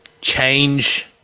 change